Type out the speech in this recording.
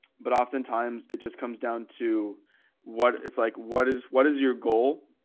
but oftentimes it just comes down to what it's like, what is, what is your goal?